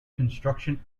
construction